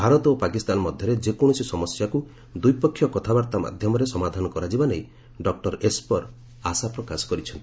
ଭାରତ ଓ ପାକିସ୍ତାନ ମଧ୍ୟରେ ଯେକୌଣସି ସମସ୍ୟାକୁ ଦ୍ୱିପକ୍ଷୀୟ କଥାବାର୍ତ୍ତା ମାଧ୍ୟମରେ ସମାଧାନ କରାଯିବା ନେଇ ଡକ୍କର ଏସ୍ପର୍ ଆଶା ପ୍ରକାଶ କରିଛନ୍ତି